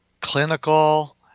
clinical